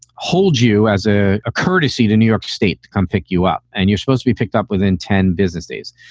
hold you as a ah courtesy to new york state to come pick you up. and you're supposed to be picked up within ten business days.